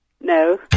No